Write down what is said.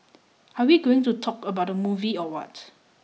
are we going to talk about the movie or what